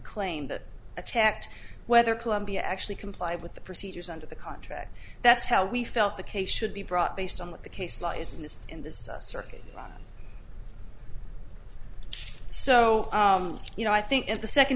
claim that attacked whether columbia actually complied with the procedures under the contract that's how we felt the case should be brought based on what the case law is in this in this circuit so you know i think in the second